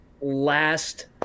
last